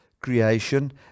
creation